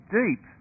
deep